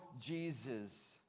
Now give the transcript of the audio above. Jesus